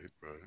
right